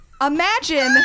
Imagine